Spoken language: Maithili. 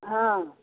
हाँ